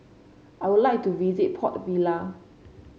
I would like to visit Port Vila